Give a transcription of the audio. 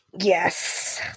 yes